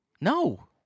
No